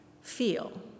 feel